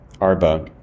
Arba